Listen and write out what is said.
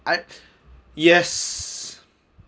I yes